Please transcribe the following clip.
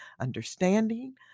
understanding